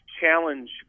challenge